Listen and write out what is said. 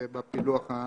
הבנקים.